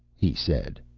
he said.